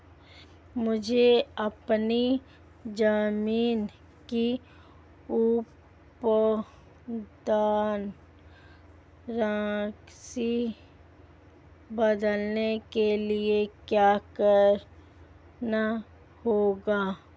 मुझे अपनी ज़मीन की उत्पादन शक्ति बढ़ाने के लिए क्या करना होगा?